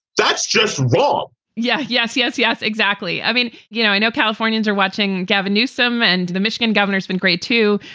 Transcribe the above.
that's just raw yeah yes. yes, yes. yes, exactly. i mean, you know, i know californians are watching gavin newsome and the michigan governor's been great, too.